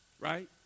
Right